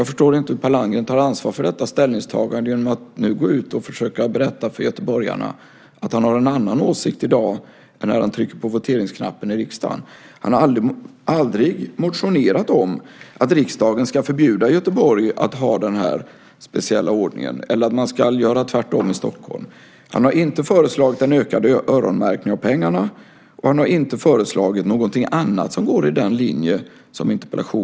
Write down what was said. Jag förstår inte hur Per Landgren tar ansvar för detta ställningstagande genom att nu gå ut och berätta för göteborgarna att han har en annan åsikt i dag än när han trycker på voteringsknappen i riksdagen. Per Landgren har aldrig motionerat om att riksdagen ska förbjuda Göteborg att ha den här speciella ordningen eller att man ska göra tvärtom i Stockholm. Han har inte föreslagit en ökad öronmärkning av pengarna och han har inte föreslagit något annat som går i linje med dagens interpellation.